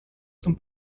zum